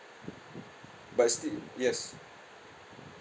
but still yes